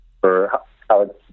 for—how